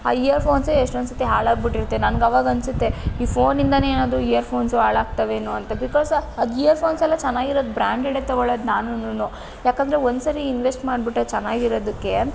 ಆ ಇಯರ್ಫೋನ್ಸೆ ಎಷ್ಟೊಂದು ಸತ್ತಿ ಹಾಳಾಗ್ಬಿಟ್ಟಿರತ್ತೆ ನನಗಾವಾಗ ಅನಿಸತ್ತೆ ಈ ಫೋನಿಂದಲೇ ಏನಾದರೂ ಈ ಇಯರ್ಫೋನ್ಸ್ ಹಾಳಾಗ್ತವೇನೋ ಅಂತ ಬಿಕಾಸ್ ಅದು ಇಯರ್ಫೋನ್ಸೆಲ್ಲ ಚೆನ್ನಾಗಿರೋದು ಬ್ರಾಂಡೆಡೆ ತಗೋಳದು ನಾನುನು ಯಾಕೆಂದರೆ ಒಂದ್ಸರಿ ಇನ್ವೆಸ್ಟ್ ಮಾಡ್ಬಿಟ್ರೆ ಚೆನ್ನಾಗಿರೋದಕ್ಕೆ